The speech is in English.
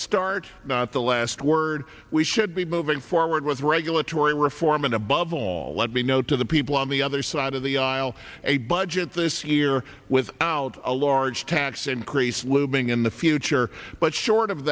start not the last word we should be moving forward with regulatory reform and above all let me know to the people on the other side of the aisle a budget this year without a large tax increase looming in the future but short of